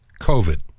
covid